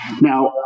Now